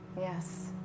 Yes